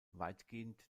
weitgehend